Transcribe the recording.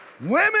Women